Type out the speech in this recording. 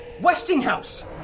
Westinghouse